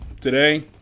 Today